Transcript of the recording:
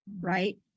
right